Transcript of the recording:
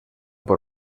por